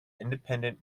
independent